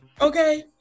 Okay